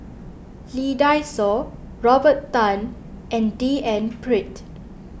Lee Dai Soh Robert Tan and D N Pritt